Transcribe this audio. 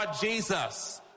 Jesus